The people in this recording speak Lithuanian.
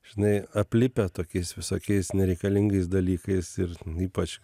žinai aplipę tokiais visokiais nereikalingais dalykais ir ypač